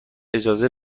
اجازه